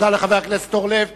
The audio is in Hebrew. תודה לחבר הכנסת אורלב.